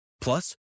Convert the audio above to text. Plus